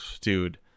dude